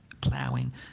Plowing